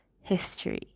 history